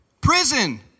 Prison